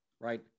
right